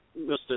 Mr